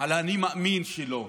על האני-מאמין שלו,